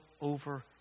over